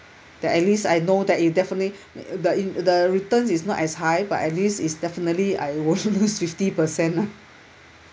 that at least I know that it definitely the the returns is not as high but at least it's definitely I won't lose fifty percent lah